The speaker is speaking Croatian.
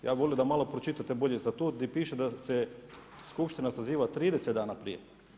Ja bi volio da malo bolje pročitate statut di piše da se skupština saziva 30 dana prije.